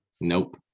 Nope